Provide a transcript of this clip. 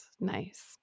Nice